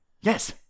Yes